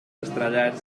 estrellats